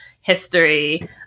history